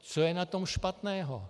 Co je na tom špatného?